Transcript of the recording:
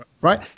right